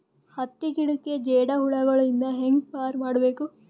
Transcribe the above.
ಹತ್ತಿ ಗಿಡಕ್ಕೆ ಜೇಡ ಹುಳಗಳು ಇಂದ ಹ್ಯಾಂಗ್ ಪಾರ್ ಮಾಡಬೇಕು?